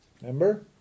Remember